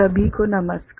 सभी को नमस्कार